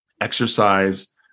exercise